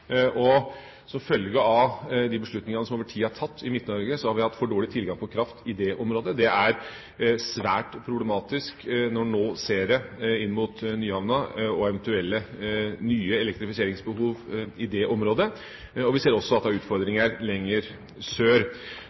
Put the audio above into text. Som følge av de beslutningene som over tid er tatt i Midt-Norge, har vi hatt for dårlig tilgang på kraft i det området. Det er svært problematisk når vi nå ser det inn mot Nyhavna og eventuelt nye elektrifiseringsbehov i det området. Vi ser også at det er utfordringer lenger sør.